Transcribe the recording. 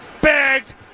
bagged